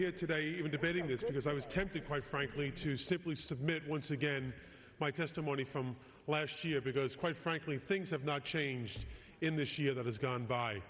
here today even debating this because i was tempted quite frankly to simply submit once again my testimony from last year because quite frankly things have not changed in this year that has gone by